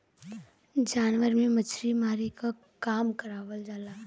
जानवर से मछरी मारे के काम करावल जाला